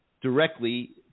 directly